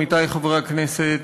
עמיתי חברי הכנסת,